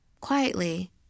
Quietly